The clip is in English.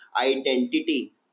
identity